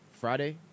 Friday